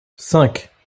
cinq